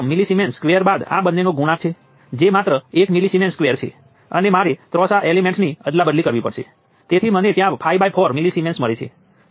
અલબત્ત સામાન્ય રીતે તે સર્કિટમાં ગમે ત્યાં હોઈ શકે છે આપણે જાણતા નથી કે આમાંથી કેટલો કરંટ વહે છે